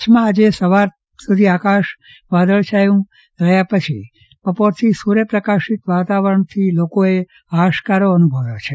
કચ્છમાં આજે સવારથી આકાશ વાદળછાયું રહયા પછી બપોરથી સૂર્ય પ્રકાશિત વાતાવરણથી લોકોએ હાશકારો અનુભવ્યો છે